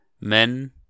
men